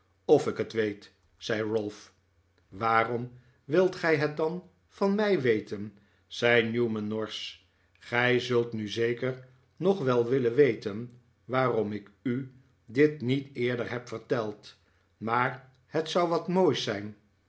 of ik het weet zei ralph waarom wilt gij het dan van mij weten zei newman norsch gij zult nu zeker nog wel willen weten waarom ik u dit niet eerder heb verteld maar het zou wat moois zijn